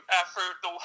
effort